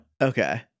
Okay